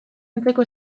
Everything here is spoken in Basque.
antzeko